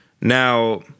Now